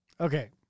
Okay